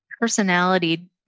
personality